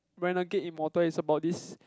Renegade Immortal is about this